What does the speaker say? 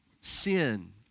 sin